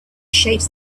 shapes